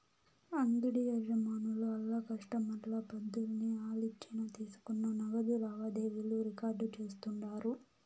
అంగిడి యజమానులు ఆళ్ల కస్టమర్ల పద్దుల్ని ఆలిచ్చిన తీసుకున్న నగదు లావాదేవీలు రికార్డు చేస్తుండారు